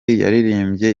yaririmbye